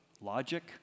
logic